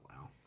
wow